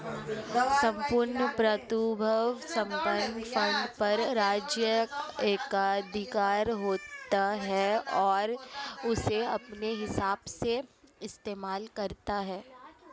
सम्पूर्ण प्रभुत्व संपन्न फंड पर राज्य एकाधिकार होता है और उसे अपने हिसाब से इस्तेमाल करता है